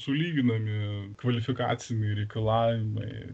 sulyginami kvalifikaciniai reikalavimai